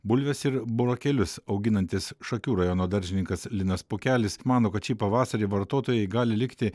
bulves ir burokėlius auginantis šakių rajono daržininkas linas pukelis mano kad šį pavasarį vartotojai gali likti